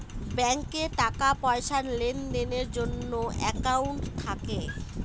ব্যাঙ্কে টাকা পয়সার লেনদেনের জন্য একাউন্ট থাকে